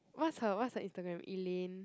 what's her what's her Instagram Elane